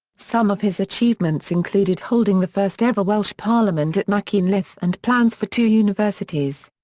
some of his achievements included holding the first ever welsh parliament at machynlleth and plans for two universities.